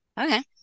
Okay